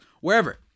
wherever